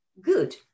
good